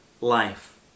life